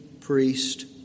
priest